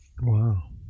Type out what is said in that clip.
Wow